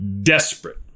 desperate